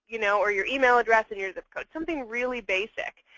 you know or your email address and your zip code something really basic.